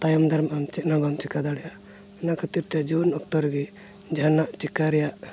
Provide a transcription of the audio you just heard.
ᱛᱟᱭᱚᱢ ᱫᱟᱨᱟᱢ ᱪᱮᱫ ᱦᱚᱸ ᱵᱟᱢ ᱪᱤᱠᱟᱹ ᱫᱟᱲᱮᱭᱟᱜᱼᱟ ᱤᱱᱟᱹ ᱠᱷᱟᱹᱛᱤᱨ ᱛᱮ ᱡᱩᱣᱟᱹᱱ ᱚᱠᱛᱚ ᱨᱮᱜᱮ ᱡᱟᱦᱟᱱᱟᱜ ᱪᱤᱠᱟᱹ ᱨᱮᱭᱟᱜ